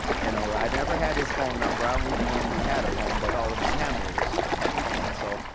you know, i never had his phone number. i don't even know if he had a phone, but all of his handlers had phones so,